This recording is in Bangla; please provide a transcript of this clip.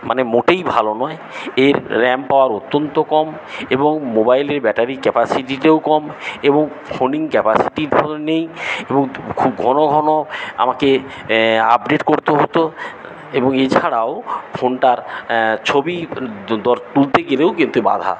মানে মোটেই ভালো নয় এর র্যাম পাওয়ার অত্যন্ত কম এবং মোবাইলের ব্যাটারি ক্যাপাসিটিতেও কম এবং ফোনিং ক্যাপাসিটি ভালো নেই এবং খুব ঘন ঘন আমাকে আপডেট করতে হতো এবং এছাড়াও ফোনটার ছবি দর তুলতে গেলেও বাঁধা